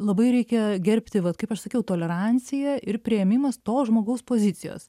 labai reikia gerbti vat kaip aš sakiau tolerancija ir priėmimas to žmogaus pozicijos